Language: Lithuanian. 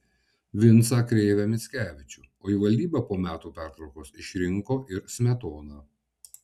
vincą krėvę mickevičių o į valdybą po metų pertraukos išrinko ir smetoną